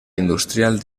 industrial